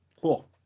Cool